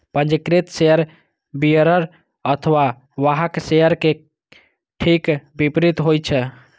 पंजीकृत share bearer अथवा वाहक शेयर के ठीक विपरीत होइ छै